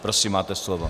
Prosím, máte slovo.